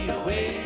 away